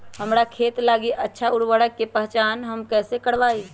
हमार खेत लागी अच्छा उर्वरक के पहचान हम कैसे करवाई?